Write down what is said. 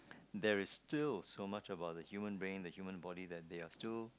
there is still so much about the human brain the human body that they are still